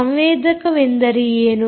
ಸಂವೇದಕವೆಂದರೆ ಏನು